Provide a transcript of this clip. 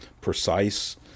precise